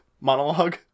Monologue